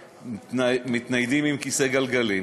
שמתניידים עם כיסא גלגלים.